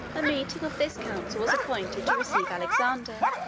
a meeting of this council was appointed to receive alexander.